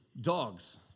Dogs